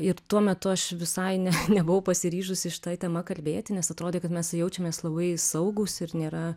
ir tuo metu aš visai ne nebuvau pasiryžusi šita tema kalbėti nes atrodė kad mes jaučiamės labai saugūs ir nėra